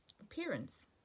Appearance